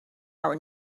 our